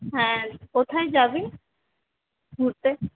হ্যাঁ কোথায় যাবি ঘুরতে